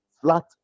flat